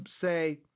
say